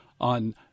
on